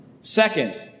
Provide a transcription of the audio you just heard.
Second